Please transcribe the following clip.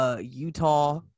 Utah